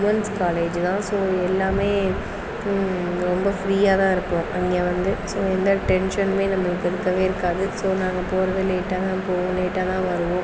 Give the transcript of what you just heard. women's college தான் so எல்லாமே ரொம்ப ஃப்ரீயாக தான் இருக்கும் அங்கே வந்து ஸோ எந்த டென்ஷனுமே நம்மளுக்கு இருக்கவே இருக்காது ஸோ நாங்கள் போகிறதே லேட்டாக தான் போவோம் லேட்டாக தான் வருவோம்